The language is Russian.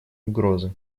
угрозы